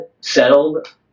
settled